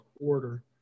Order